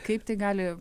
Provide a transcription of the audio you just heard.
kaip tai gali